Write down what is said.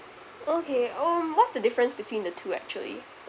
okay um what's the difference between the two actually